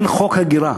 אין חוק הגירה.